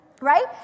right